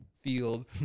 field